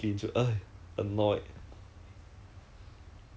ya then you mess up a little bit ah aunty will get angry already